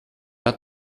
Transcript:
hat